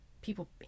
people